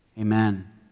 amen